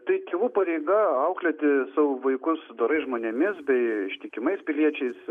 tai tėvų pareiga auklėti savo vaikus dorais žmonėmis bei ištikimais piliečiais